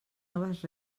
noves